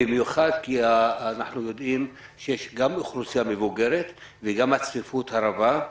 במיוחד מפני שאנו יודעים שיש גם אוכלוסייה מבוגרת וגם הצפיפות היא רבה.